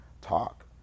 talk